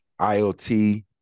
IoT